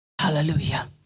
Hallelujah